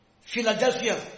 Philadelphia